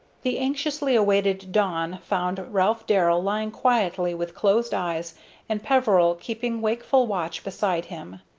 the anxiously awaited dawn found ralph darrell lying quietly with closed eyes and peveril keeping wakeful watch beside him.